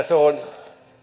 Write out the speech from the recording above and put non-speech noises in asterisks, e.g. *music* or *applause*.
*unintelligible* se on